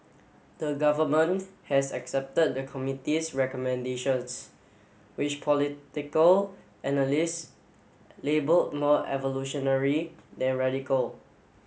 the government has accepted the committee's recommendations which political analysts label more evolutionary than radical